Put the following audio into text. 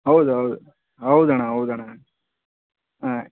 ಹೌದು ಹೌದು ಹೌದಣ್ಣ ಹೌದಣ್ಣ ಹಾಂ